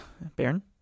Baron